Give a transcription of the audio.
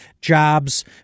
jobs